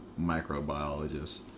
microbiologist